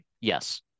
Yes